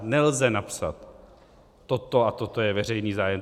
Nelze napsat toto a toto je veřejný zájem.